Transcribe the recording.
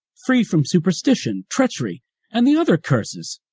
free from superstition, treachery and the other curses.